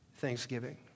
thanksgiving